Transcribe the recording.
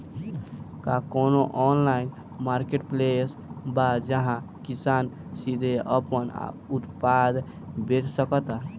का कोनो online marketplace बा जहां किसान सीधे अपन उत्पाद बेच सकता?